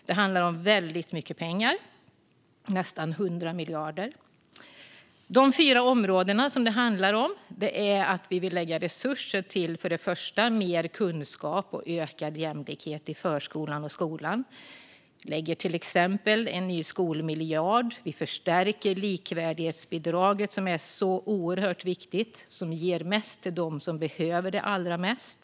Det handlar om väldigt mycket pengar, nästan 100 miljarder. Det första av de fyra områdena handlar om resurser till mer kunskap och ökad jämlikhet i förskolan och i skolan. Vi lägger till exempel en ny skolmiljard. Vi förstärker likvärdighetsbidraget, som är så oerhört viktigt och ger mest till dem som behöver det allra mest.